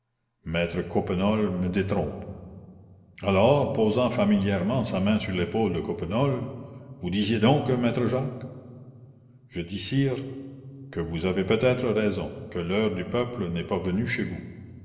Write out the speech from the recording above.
maître coppenole me détrompe alors posant familièrement sa main sur l'épaule de coppenole vous disiez donc maître jacques je dis sire que vous avez peut-être raison que l'heure du peuple n'est pas venue chez vous